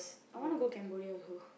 I wanna go Cambodia also